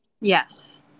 yes